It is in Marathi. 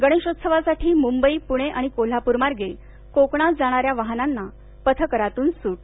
गणेशोत्सवासाठी मुंबई पुणे आणि कोल्हापूर मार्गे कोकणात जाणाऱ्या वाहनांना पथकरातून सूट